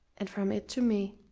and from it to me.